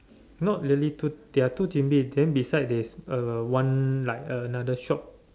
not really two there are chimney then beside is uh one like another shop